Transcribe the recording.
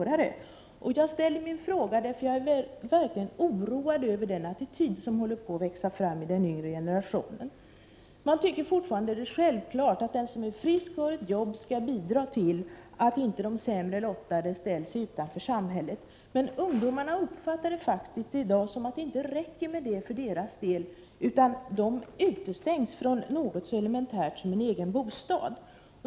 Jag ställde 1 december 1988 min fråga, eftersom jag är verkligt oroad över den attityd som håller på att Om ändräde låneregler växa fram inom den yngre generationen. Man tycker fortfarande att det är = zz Fa byen 5 - 4 för angelägna bostadssjälvklart att den som är frisk och har ett arbete skall bidra till att inte de iekt projei sämre lottade ställs utanför samhället. Men ungdomarna uppfattar det faktiskt i dag som att detta inte är tillräckligt för deras del. De utestängs från någonting så elementärt som en egen bostad.